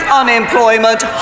unemployment